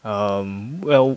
um well